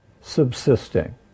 subsisting